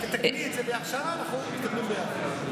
תקני את זה מעכשיו, ואנחנו מתקדמים ביחד.